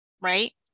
right